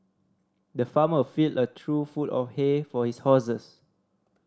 the farmer filled a trough full of hay for his horses